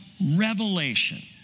revelation